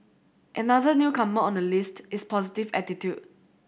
another newcomer on the list is positive attitude